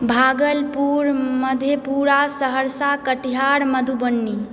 Bhagalpur Madhepura Saharsa Katihar Madhubani